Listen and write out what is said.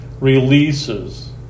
releases